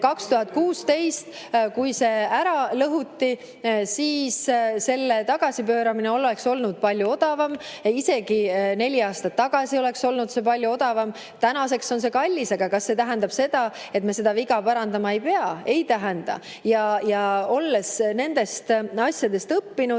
2016, kui see ära lõhuti, oleks selle tagasipööramine olnud palju odavam. Isegi neli aastat tagasi oleks olnud see palju odavam. Tänaseks on see kallis. Kas see tähendab seda, et me seda viga parandama ei pea? Ei tähenda. Ja olles nendest asjadest õppinud,